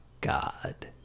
god